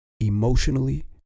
emotionally